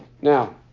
Now